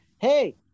hey